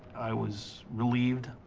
i was relieved.